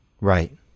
Right